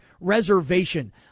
reservation